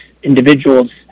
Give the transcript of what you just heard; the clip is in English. Individuals